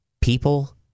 people